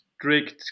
strict